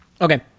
Okay